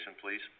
please